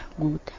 good